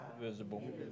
visible